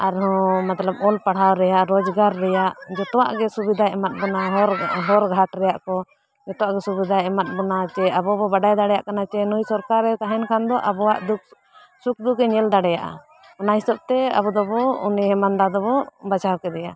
ᱟᱨᱦᱚᱸ ᱢᱚᱛᱞᱚᱵ ᱚᱞ ᱯᱟᱲᱦᱟᱣ ᱨᱮᱭᱟᱜ ᱨᱚᱡᱽᱜᱟᱨ ᱨᱮᱭᱟᱜ ᱡᱚᱛᱚᱣᱟᱜ ᱜᱮ ᱥᱩᱵᱤᱫᱟ ᱮᱢᱟᱜ ᱵᱚᱱᱟ ᱦᱚᱨ ᱦᱚᱨ ᱜᱷᱟᱴ ᱨᱮᱭᱟᱜ ᱠᱚ ᱡᱚᱛᱚᱣᱟᱜ ᱜᱮ ᱥᱩᱵᱤᱫᱷᱟ ᱮᱢᱟᱜ ᱵᱚᱱᱟ ᱪᱮ ᱟᱵᱚ ᱵᱚ ᱵᱟᱰᱟᱭ ᱫᱟᱲᱮᱭᱟᱜ ᱠᱟᱱᱟ ᱪᱮ ᱱᱩᱭ ᱥᱚᱨᱠᱟᱨᱮ ᱛᱟᱦᱮᱱ ᱠᱷᱟᱱ ᱫᱚ ᱟᱵᱚᱣᱟᱜ ᱫᱩᱠ ᱥᱩᱠ ᱫᱚ ᱜᱮ ᱧᱮᱞ ᱫᱟᱲᱮᱭᱟᱜᱼᱟ ᱚᱱᱟ ᱦᱤᱥᱟᱹᱵ ᱛᱮ ᱟᱵᱚ ᱫᱚᱵᱚ ᱩᱱᱤ ᱦᱮᱢᱟᱱᱛ ᱫᱟ ᱫᱚᱵᱚ ᱵᱟᱪᱷᱟᱣ ᱠᱮᱫᱮᱭᱟ